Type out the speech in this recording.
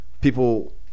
people